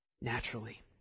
naturally